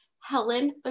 Helen